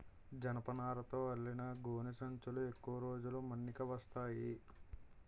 జనపనారతో అల్లిన గోనె సంచులు ఎక్కువ రోజులు మన్నిక వస్తాయి